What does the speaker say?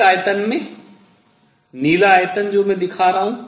इस आयतन में नीला आयतन जो मैं दिखा रहा हूँ